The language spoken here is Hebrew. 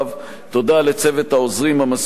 תודה לצוות העוזרים המסור שלי,